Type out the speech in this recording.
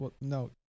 No